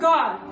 God